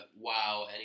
wow